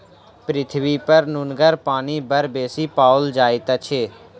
पृथ्वीपर नुनगर पानि बड़ बेसी पाओल जाइत अछि